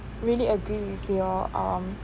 really agree with your um